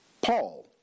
Paul